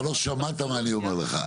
אתה לא שמעת מה אני אומר לך.